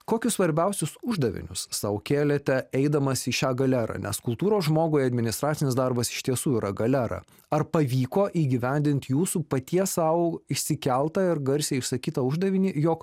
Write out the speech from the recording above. kokius svarbiausius uždavinius sau kėlėte eidamas į šią galerą nes kultūros žmogui administracinis darbas iš tiesų yra galera ar pavyko įgyvendint jūsų paties sau išsikeltą ir garsiai išsakytą uždavinį jog